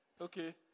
Okay